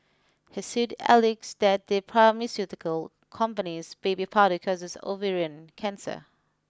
her suit alleges that the pharmaceutical company's baby powder causes ovarian cancer